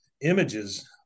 images